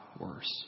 worse